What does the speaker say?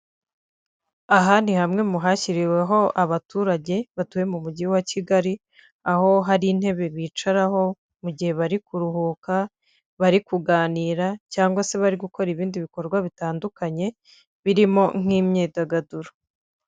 Aha ni hamwe mu hashyiriweho abaturage batuye mu mujyi wa Kigali, aho hari intebe bicaraho mu gihe bari kuruhuka, bari kuganira cyangwa se bari gukora ibindi bikorwa bitandukanye, birimo nk'imyidagaduro.